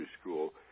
school